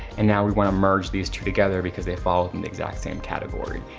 and now we wanna merge these two together because they fall in the exact same category.